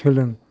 सोलों